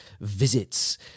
visits